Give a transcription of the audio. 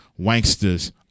Wanksters